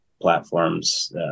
platforms